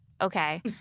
okay